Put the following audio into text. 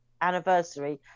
anniversary